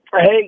Hey